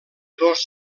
dos